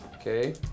Okay